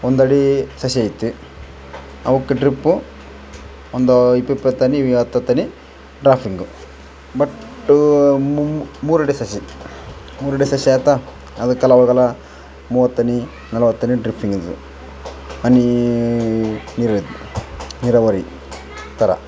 ಒಂದು ಅಡಿ ಸಸಿ ಅಯ್ತಿ ಅವುಕ್ಕೆ ಡ್ರಿಪ್ಪು ಒಂದು ಇಪ್ಪತ್ತು ಇಪ್ಪತ್ತು ಹನಿ ಹತ್ತು ಹತ್ತು ಹನಿ ಡ್ರಾಫಿಂಗು ಬಟ್ ಮೂರು ಅಡಿ ಸಸಿ ಮೂರು ಅಡಿ ಸಸಿ ಆತ ಅದಕ್ಕೆ ಅಲ ಅವಗೆಲ್ಲ ಮೂವತ್ತು ಹನಿ ನಲವತ್ತು ಹನಿ ಡ್ರಿಫಿಂಗಿಂಗೆ ಹನೀ ನೀರು ನೀರಾವರಿ ಥರ